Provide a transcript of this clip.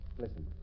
Listen